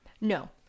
No